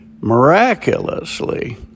Miraculously